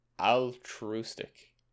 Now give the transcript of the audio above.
Altruistic